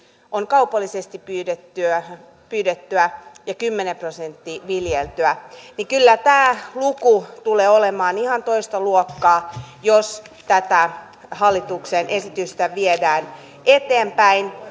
on kaupallisesti pyydettyä ja kymmenen prosenttia viljeltyä niin kyllä tämä luku tulee olemaan ihan toista luokkaa jos tätä hallituksen esitystä viedään eteenpäin